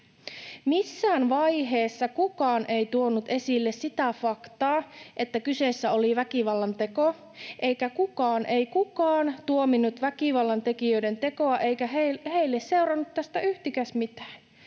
Missään vaiheessa kukaan ei tuonut esille sitä faktaa, että kyseessä oli väkivallanteko, eikä kukaan, ei kukaan, tuominnut väkivallan tekijöiden tekoa, eikä heille seurannut tästä yhtikäs mitään.